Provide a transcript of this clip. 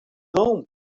home